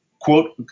quote